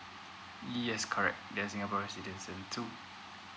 yes correct they are singaporean citizen too